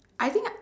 I think